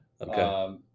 Okay